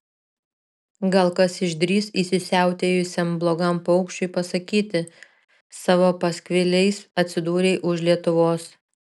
gal kas išdrįs įsisiautėjusiam blogam paukščiui pasakyti savo paskviliais atsidūrei už lietuvos